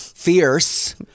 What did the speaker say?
Fierce